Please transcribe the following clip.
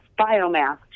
biomass